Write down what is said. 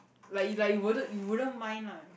like you like you wouldn't you wouldn't mind lah